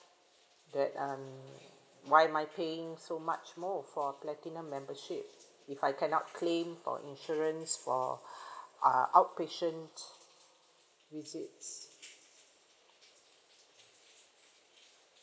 that um why am I paying so much more for platinum membership if I cannot claim for insurance for uh outpatient visit